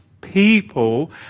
people